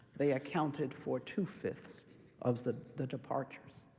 they accounted for two-fifths of the the departures.